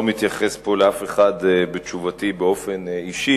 אני לא מתייחס בתשובתי פה לאף אחד באופן אישי,